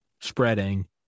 spreading